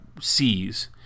sees